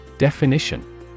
Definition